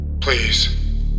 Please